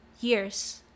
years